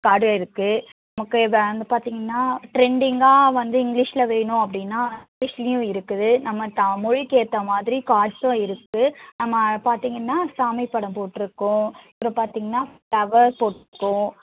கார்டும் இருக்குது நமக்கு இது வந்து பார்த்தீங்கன்னா ட்ரெண்டிங்காக வந்து இங்கிலீஷில் வேணும் அப்படின்னா இங்கிலீஷ்லேயும் இருக்குது நம்ம த மொழிக்கு ஏற்ற மாதிரி கார்ட்ஸ்ஸும் இருக்குது நம்ம பார்த்தீங்கன்னா சாமி படம் போட்டிருக்கும் அப்புறம் பார்த்தீங்கன்னா கவர் போட்டிருக்கும்